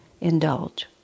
indulge